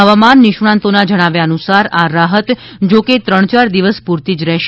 હવામાન નિષ્ણાંતોના જણાવ્યા અનુસાર આ રાહત જોકે ત્રણ યાર દિવસ પૂરતી જ રહેશે